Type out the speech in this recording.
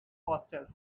faster